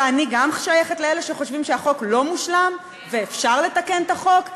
ואני גם שייכת לאלה שחושבים שהחוק לא מושלם ואפשר לתקן את החוק,